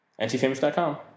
Antifamous.com